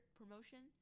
promotion